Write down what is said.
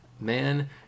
Man